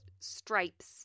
stripes